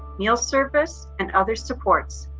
meal service and other supports.